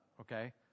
okay